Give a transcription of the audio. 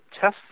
test